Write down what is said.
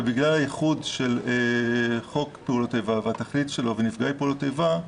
ובגלל הייחוד של חוק פעולות איבה והתכלית שלו לנפגעי פעולות איבה,